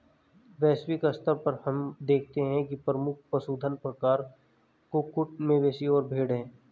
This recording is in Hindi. वैश्विक स्तर पर हम देखते हैं कि प्रमुख पशुधन प्रकार कुक्कुट, मवेशी और भेड़ हैं